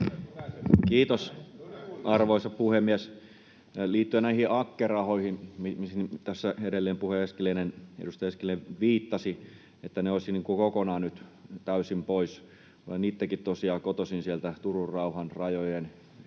Kiitos, arvoisa puhemies! Liittyen näihin AKKE-rahoihin, mihin tässä edellinen puhuja, edustaja Eskelinen, viittasi, että ne olisivat niin kuin kokonaan nyt täysin pois — olen itsekin tosiaan kotoisin sieltä Turun rauhan rajojen,